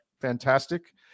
Fantastic